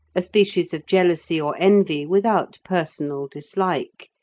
a species of jealousy or envy without personal dislike,